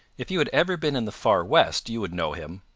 if you had ever been in the far west you would know him.